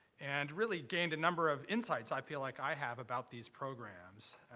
and really gained a number of insights i feel like i have about these programs.